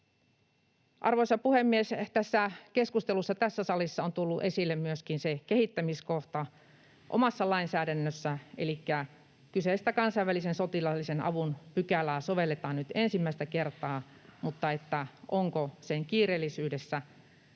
Arvoisa puhemies! Tässä keskustelussa tässä salissa on tullut esille myöskin kehittämiskohta omassa lainsäädännössä, elikkä kyseistä kansainvälisen sotilaallisen avun pykälää sovelletaan nyt ensimmäistä kertaa, mutta onko sen kiireellisyydessä